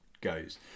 goes